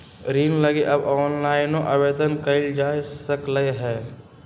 ऋण लागी अब ऑनलाइनो आवेदन कएल जा सकलई ह